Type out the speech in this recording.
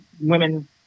women